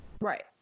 right